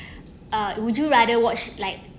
uh would you rather watch like